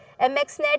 MXNet